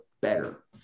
better